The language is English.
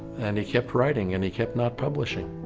and he kept writing and he kept not publishing.